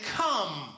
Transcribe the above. come